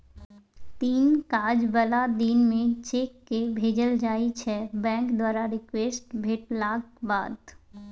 तीन काज बला दिन मे चेककेँ भेजल जाइ छै बैंक द्वारा रिक्वेस्ट भेटलाक बाद